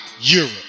Europe